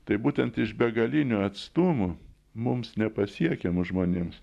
tai būtent iš begalinių atstumų mums nepasiekiama žmonėms